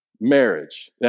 marriage